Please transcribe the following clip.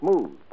smooth